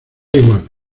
igual